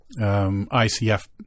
ICF